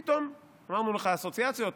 פתאום, אמרנו לך, אסוציאציות,